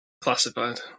Classified